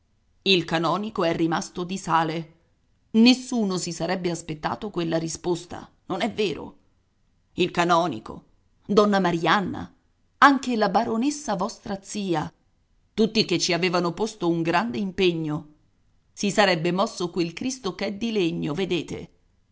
il canonico è rimasto di sale nessuno si sarebbe aspettato quella risposta non è vero il canonico donna marianna anche la baronessa vostra zia tutti che ci avevano posto un grande impegno si sarebbe mosso quel cristo ch'è di legno vedete